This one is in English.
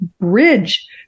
bridge